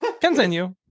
Continue